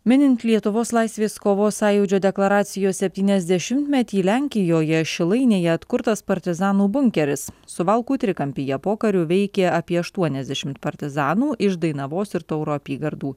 minint lietuvos laisvės kovos sąjūdžio deklaracijos septyniasdešimtmetį lenkijoje šilainėje atkurtas partizanų bunkeris suvalkų trikampyje pokariu veikė apie aštuoniasdešimt partizanų iš dainavos ir tauro apygardų